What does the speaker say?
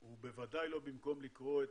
הוא בוודאי לא במקום לקרוא,